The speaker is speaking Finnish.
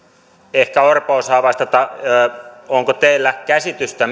ehkä orpo osaa vastata onko teillä käsitystä